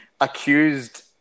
accused